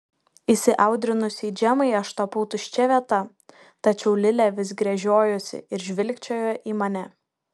įsiaudrinusiai džemai aš tapau tuščia vieta tačiau lilė vis gręžiojosi ir žvilgčiojo į mane